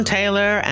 Taylor